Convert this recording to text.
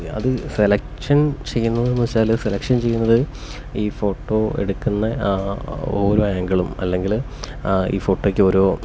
അത് സെലക്ഷന് ചെയ്യുന്നത് എന്ന് വെച്ചാൽ സെലക്ഷന് ചെയ്യുന്നത് ഈ ഫോട്ടോ എടുക്കുന്ന ഓരോ ആങ്കിളും അല്ലെങ്കില് ഈ ഫോട്ടോയ്ക്ക് ഓരോ